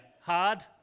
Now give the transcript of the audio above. Hard